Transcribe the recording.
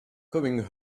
coming